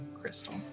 crystal